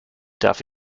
darf